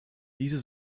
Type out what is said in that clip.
diese